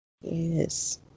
Yes